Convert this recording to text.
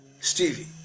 Stevie